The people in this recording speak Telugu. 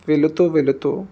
వెళ్తూ వెళ్తూ